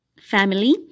family